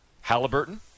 Halliburton